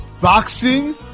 Boxing